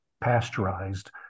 pasteurized